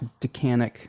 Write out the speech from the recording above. Decanic